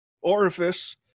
orifice